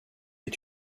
est